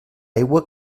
aigua